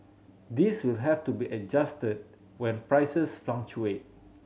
these will have to be adjusted when prices fluctuate